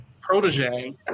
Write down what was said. protege